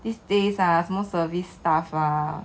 these days ah 什么 service staff ah